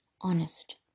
honest